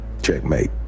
Checkmate